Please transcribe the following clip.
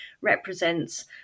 represents